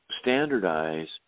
standardize